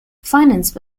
financed